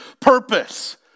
purpose